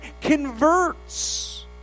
converts